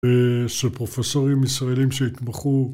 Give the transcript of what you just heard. ושפרופסורים ישראלים שהתמחו